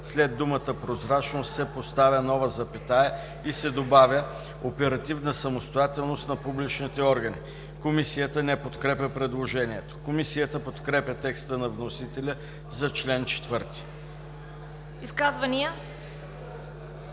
след думата „прозрачност“ се поставя нова запетая и се добавя „оперативна самостоятелност на публичните органи“.“ Комисията не подкрепя предложението. Комисията подкрепя текста на вносителя за чл. 4. ПРЕДСЕДАТЕЛ